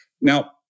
Now